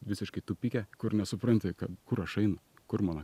visiškai tupike kur nesupranti kad kur aš einu kur mano